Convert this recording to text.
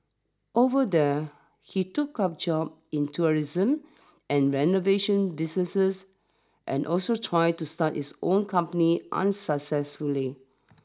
over there he took up jobs in tourism and renovation businesses and also tried to start his own company unsuccessfully